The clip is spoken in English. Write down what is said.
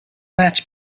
match